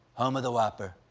home of the whopper.